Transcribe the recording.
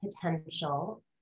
potential